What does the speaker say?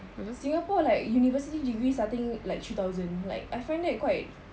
singapore like university degrees I think like three thousand like I find that quite like